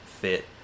fit